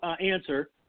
answer